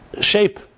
shape